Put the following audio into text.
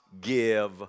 give